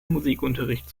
musikunterricht